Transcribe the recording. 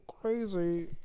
crazy